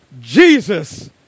Jesus